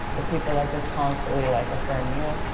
of people that just constantly, like, affirm you.